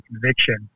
conviction